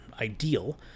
ideal